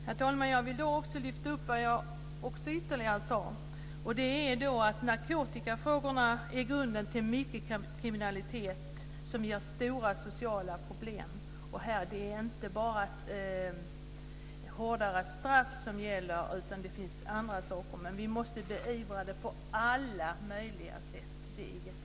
Herr talman! Jag vill då också lyfta fram vad jag sade ytterligare, och det var att narkotikan är grunden till mycket kriminalitet och ger stora sociala problem. Här är det inte bara hårdare straff som gäller, utan det finns andra åtgärder. Vi måste beivra narkotikan på alla möjliga sätt. Det är jätteviktigt.